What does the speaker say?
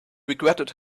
regretted